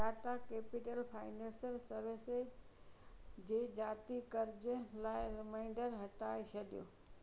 Tata capital financial services जे ज़ाती क़र्ज़ु लाइ रिमाइंडर हटाइ छॾियो